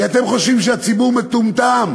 כי אתם חושבים שהציבור מטומטם,